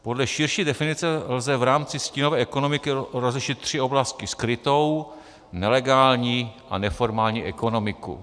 Podle širší definice lze v rámci stínové ekonomiky rozlišit tři oblasti: skrytou, nelegální a neformální ekonomiku.